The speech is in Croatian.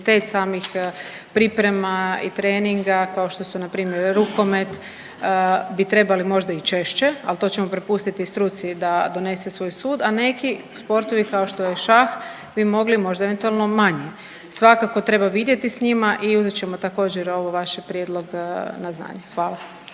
samih priprema i treninga kao što su npr. rukomet bi trebali možda i češće, ali to ćemo prepustiti struci da donese svoj sud, a neki sportovi kao što je šah bi mogli možda eventualno manje. Svakako treba vidjeti s njima i onda ćemo također ovaj vaš prijedlog na znanje. Hvala.